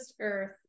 earth